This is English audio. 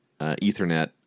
Ethernet